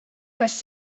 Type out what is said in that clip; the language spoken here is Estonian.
kas